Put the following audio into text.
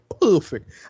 perfect